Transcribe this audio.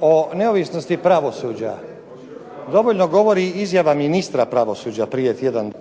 O neovisnosti pravosuđa dovoljno govori i izjava ministra pravosuđa prije tjedan,